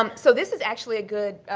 um so this is actually a good,